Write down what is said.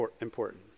important